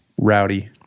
rowdy